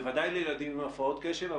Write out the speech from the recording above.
בוודאי לילדים עם הפרעות קשב,